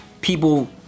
people